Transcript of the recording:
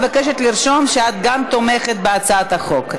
את מבקשת לרשום שגם את תומכת בהצעת החוק.